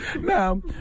Now